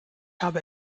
habe